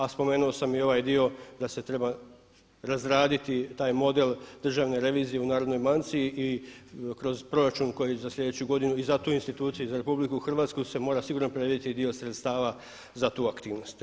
A spomenuo sam i ovaj dio da se treba razraditi taj model državne revizije u Narodnoj banci i kroz proračun koji je za sljedeću godinu i za tu instituciju i za RH se mora sigurno prenijeti dio sredstava za tu aktivnost.